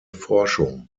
forschung